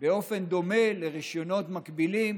באופן דומה לרישיונות מקבילים